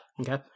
Okay